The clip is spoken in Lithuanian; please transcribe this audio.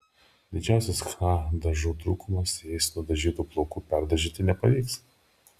didžiausias chna dažų trūkumas jais nudažytų plaukų perdažyti nepavyks